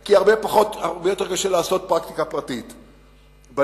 כי הרבה יותר קשה לעשות פרקטיקה פרטית בנגב,